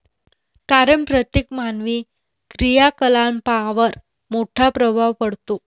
कारण प्रत्येक मानवी क्रियाकलापांवर मोठा प्रभाव पडतो